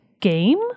game